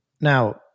Now